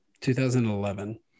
2011